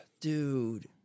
dude